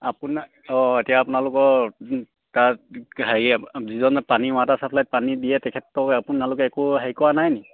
আপোনাৰ অঁ এতিয়া আপোনালোকৰ তাত হেৰি যিজনে পানী ৱাটাৰ চাপ্লাইত পানী দিয়ে তেখেতক আপোনালোকে একো হেৰি কৰা নাই নেকি